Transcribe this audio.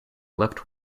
left